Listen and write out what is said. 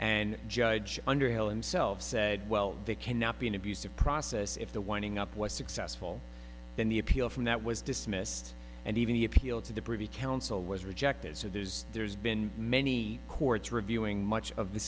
and self said well they cannot be an abuse of process if the winding up was successful then the appeal from that was dismissed and even the appeal to the privy council was rejected so there's there's been many courts reviewing much of the